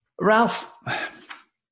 Ralph